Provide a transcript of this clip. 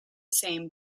same